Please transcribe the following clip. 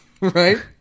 Right